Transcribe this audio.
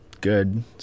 good